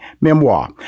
memoir